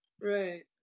right